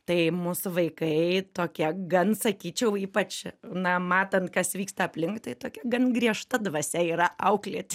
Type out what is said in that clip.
tai mūsų vaikai tokie gan sakyčiau ypač na matant kas vyksta aplink tai tokia gan griežta dvasia yra auklėti